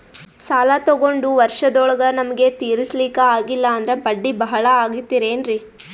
ಸಾಲ ತೊಗೊಂಡು ವರ್ಷದೋಳಗ ನಮಗೆ ತೀರಿಸ್ಲಿಕಾ ಆಗಿಲ್ಲಾ ಅಂದ್ರ ಬಡ್ಡಿ ಬಹಳಾ ಆಗತಿರೆನ್ರಿ?